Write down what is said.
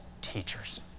teachers